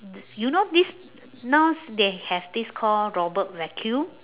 t~ you know this now they have this called robot vacuum